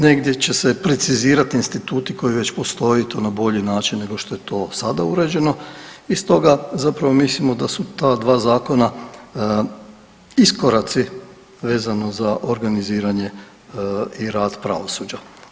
Negdje će se precizirati instituti koji već postoje i to na bolji način nego što je to sada uređeno i stoga zapravo mislimo da su ta dva Zakona iskoraci vezano za organiziranje i rad pravosuđa.